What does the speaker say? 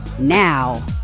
now